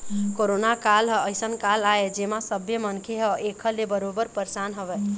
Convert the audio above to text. corona काल ह अइसन काल आय जेमा सब्बे मनखे ह ऐखर ले बरोबर परसान हवय